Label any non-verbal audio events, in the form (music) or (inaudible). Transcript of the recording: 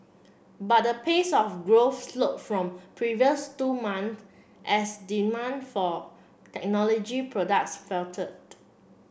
but the pace of growth slowed from the previous two months as demand for technology products (unintelligible)